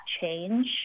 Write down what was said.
change